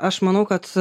aš manau kad